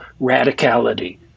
radicality